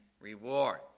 reward